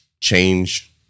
change